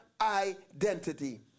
identity